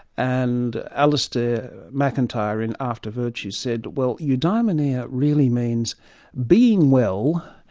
and alistair macintyre in after virtue said, well eudaimonia really means being well,